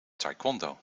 taekwondo